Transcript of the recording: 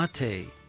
Mate